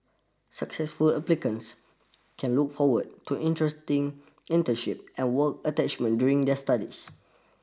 successful applicants can look forward to interesting internship and work attachment during their studies